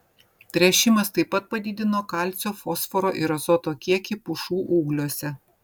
tręšimas taip pat padidino kalcio fosforo ir azoto kiekį pušų ūgliuose